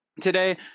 today